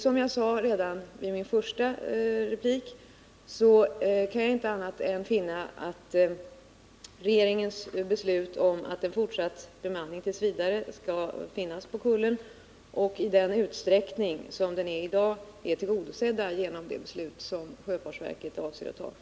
Som jag sade redan i min första replik kan jag inte finna annat än att kraven på en fortsatt bemanning t. v. på Kullens fyr i samma utsträckning som i dag är tillgodosedda genom det beslut som sjöfartsverket avser att fatta.